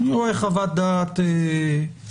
אני רואה חוות דעת אפידמיולוגית,